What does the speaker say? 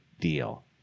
deal